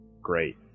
great